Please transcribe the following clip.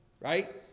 right